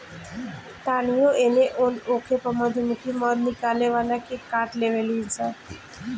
तानियो एने ओन होखे पर मधुमक्खी मध निकाले वाला के काट लेवे ली सन